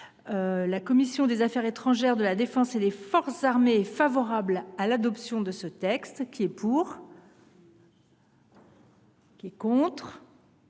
La commission des affaires étrangères, de la défense et des forces armées est favorable à l’adoption de ce texte. L’ordre du jour